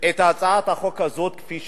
את הצעת החוק הזאת כפי שהיא.